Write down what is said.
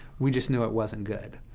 we just knew it wasn't good.